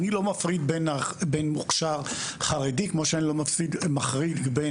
מפריד בין מוכשר חרדי כמו שאני לא מפריד בין